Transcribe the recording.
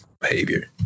behavior